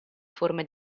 forme